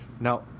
now